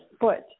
foot